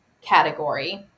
category